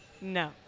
No